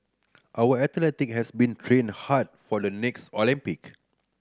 our athlete has been training hard for the next Olympic